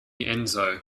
enzo